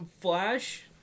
Flash